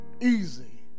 easy